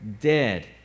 dead